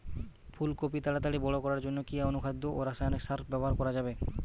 ফুল কপি তাড়াতাড়ি বড় করার জন্য কি অনুখাদ্য ও রাসায়নিক সার ব্যবহার করা যাবে?